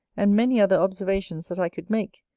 and many other observations that i could make,